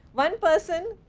one person,